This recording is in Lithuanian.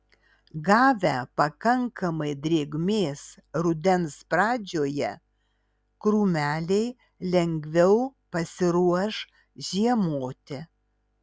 gavę pakankamai drėgmės rudens pradžioje krūmeliai lengviau pasiruoš žiemoti